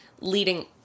leading